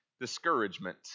Discouragement